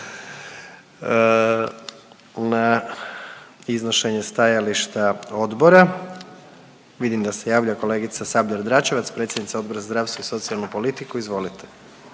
Na iznošenje stajališta odbora, vidim da se javlja kolegica Sabljar Dračevac, predsjednica Odbora za zdravstvo i socijalnu politiku, izvolite.